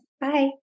bye